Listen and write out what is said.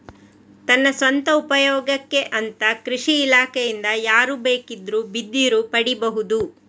ತನ್ನ ಸ್ವಂತ ಉಪಯೋಗಕ್ಕೆ ಅಂತ ಕೃಷಿ ಇಲಾಖೆಯಿಂದ ಯಾರು ಬೇಕಿದ್ರೂ ಬಿದಿರು ಪಡೀಬಹುದು